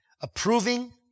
approving